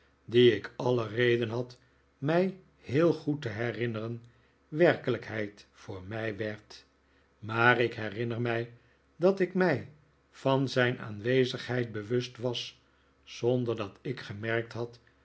die ik alle reden had mij heel goed te herinneren werkelijkheid voor mij werd maar ik herinner mij dat ik mij van zijn aanwezigheid bewust was zonder dat ik gemerkt had